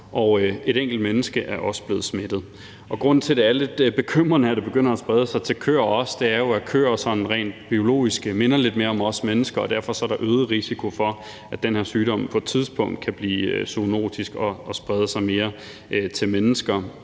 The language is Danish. og et enkelt menneske er også blevet smittet. Grunden til, at det er lidt bekymrende, at det begynder at sprede sig til køer også, er jo, at køer sådan rent biologisk minder lidt mere om os mennesker, og derfor er der øget risiko for, at den her sygdom på et tidspunkt kan blive zoonotisk og sprede sig mere til mennesker.